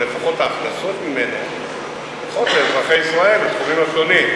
אבל לפחות ההכנסות ממנו הולכות לאזרחי ישראל בתחומים שונים.